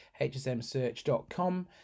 hsmsearch.com